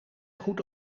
goed